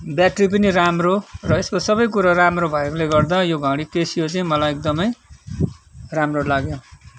battery पनि राम्रो र यसको सबै कुरा राम्रो भएकोले गर्दा यो घडी क्यासियो चाहिँ मलाई एकदमै राम्रो लाग्यो